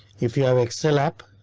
if you have excel app.